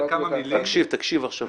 תקשיב עכשיו.